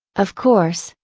of course,